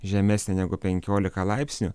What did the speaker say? žemesnė negu penkiolika laipsnių